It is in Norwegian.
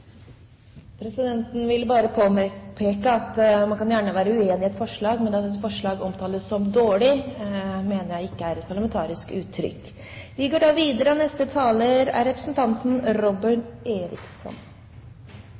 vil avvise det. Presidenten vil påpeke at man kan gjerne være uenig i et forslag, men å omtale et forslag som «dårlig» er etter presidentens mening ikke et parlamentarisk uttrykk. I motsetning til forrige taler